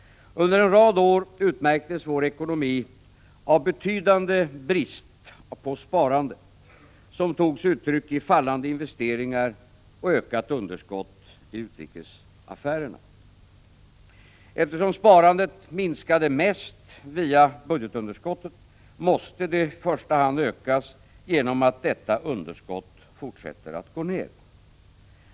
Under en rad år utmärktes vår ekonomi av en betydande brist på sparande, som tog sig uttryck i fallande investeringar och ökat underskott i utrikesaffä rerna. Eftersom sparandet minskat mest via budgetunderskottet måste det ökas i första hand genom att detta underskott fortsätter att gå ned.